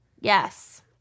Yes